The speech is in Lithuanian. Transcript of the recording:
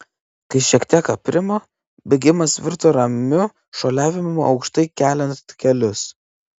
kai šiek tiek aprimo bėgimas virto ramiu šuoliavimu aukštai keliant kelius